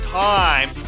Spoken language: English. time